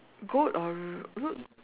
goat or look